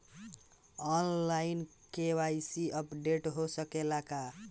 आन line KYC updation हो सकेला का?